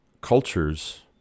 cultures